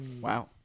Wow